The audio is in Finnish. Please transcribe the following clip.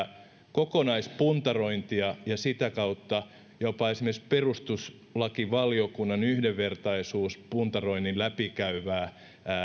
kokonaispuntarointia ja sitä kautta jopa esimerkiksi perustuslakivaliokunnan yhdenvertaisuuspuntaroinnin läpikäyvää